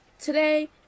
today